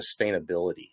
sustainability